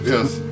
Yes